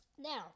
Now